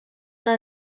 una